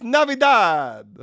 Navidad